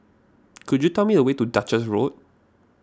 could you tell me the way to Duchess Road